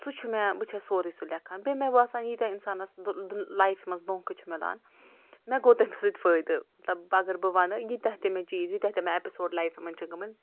سُہ چھُ مےٚ بہٕ چھَس سورٕے سُہ لٮ۪کھان بیٚیہِ مےٚ باسان ییٖتیٛاہ اِنسانس دُ دُ لایِفہِ منٛز دونٛکھٕ چھِ مِلان مےٚ گوٚو تَمہِ سۭتۍ فٲیدٕ مطلب اگر بہٕ وَنہٕ ییٖتیٛاہ تہِ مےٚ چیٖز ییٖتیٛاہ تہِ مےٚ اٮ۪پِسوڈ لایِفہِ منٛز چھِ گٔمٕتۍ